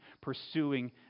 pursuing